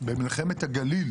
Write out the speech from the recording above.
במלחמת שלום הגליל